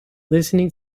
listening